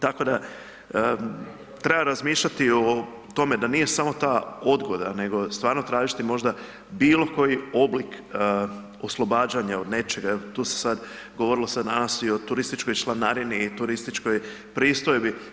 Tako da treba razmišljati o tome da nije samo ta odgoda nego stvarno tražiti možda bilo koji oblik oslobađanja od nečega jer tu se sad govorilo se danas i o turističkoj članarini i turističkoj pristojbi.